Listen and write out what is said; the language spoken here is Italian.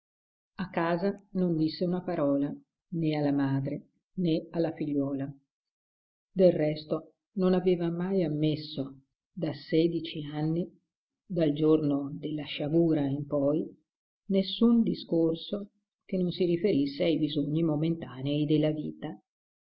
a casa non disse una parola né alla madre né alla figliuola del resto non aveva mai ammesso da sedici anni dal giorno della sciagura in poi nessun discorso che non si riferisse ai bisogni momentanei della vita